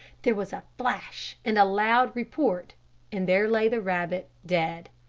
there was a flash and loud report and there lay the rabbit dead.